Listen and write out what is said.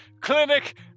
clinic